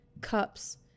cups